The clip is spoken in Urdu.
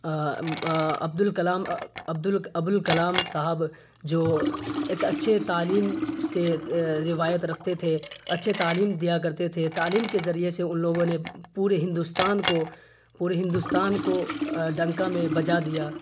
عبد الکلام عبدل ابو الکلام صاحب جو ایک اچھے تعلیم سے روایت رکھتے تھے اچھے تعلیم دیا کرتے تھے تعلیم کے ذریعے سے ان لوگوں نے پورے ہندوستان کو پورے ہندوستان کو ڈنکا میں بجا دیا